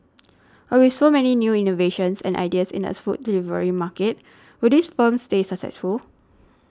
but with so many new innovations and ideas in these food delivery market will these firms stay successful